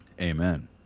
amen